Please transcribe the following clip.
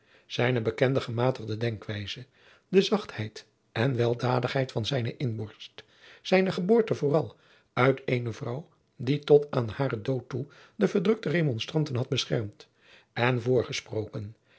zijne bekende gematigde denkwijze de zachtheid en weldadigheid van zijne inborst zijne geboorte vooral uit eene vrouw die tot aan haren dood toe de verdrukte remonstranten had beschermd en